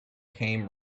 came